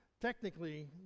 Technically